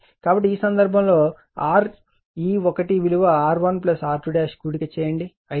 కాబట్టి ఈ సందర్భంలో RE1 విలువ R1 R2 కూడిక చేయండి 5